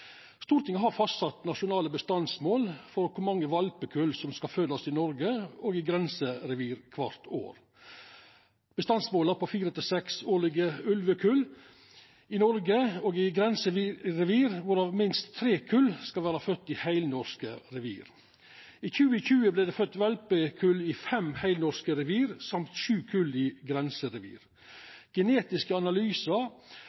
Stortinget har fastsett nasjonale bestandsmål for kor mange valpekull som skal fødast i Noreg og i grenserevir kvart år. Bestandsmåla er på fire–seks årlege ulvekull i Noreg og i grenserevir, og av desse skal minst tre kull vera fødde i heilnorske revir. I 2020 vart det født valpekull i fem heilnorske revir, samt sju kull i